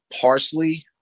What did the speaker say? parsley